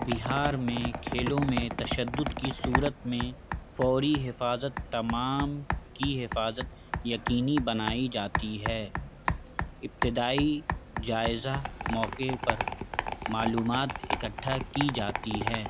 بہار میں کھیلوں میں تشدد کی صورت میں فوری حفاظت تمام کی حفاظت یقینی بنائی جاتی ہے ابتدائی جائزہ موقعے پر معلومات اکٹھا کی جاتی ہے